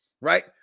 Right